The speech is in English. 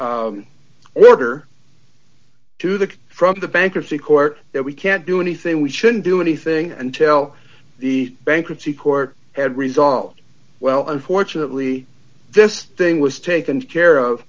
letter to the from the bankruptcy court that we can't do anything we shouldn't do anything and tell the bankruptcy court had resolved well unfortunately this thing was taken care of